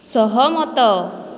ସହମତ